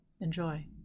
Enjoy